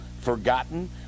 forgotten